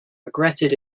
regretted